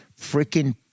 freaking